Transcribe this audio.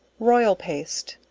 royal paste.